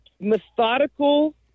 methodical